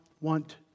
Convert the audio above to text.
want